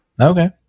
Okay